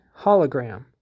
hologram